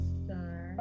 star